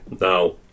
No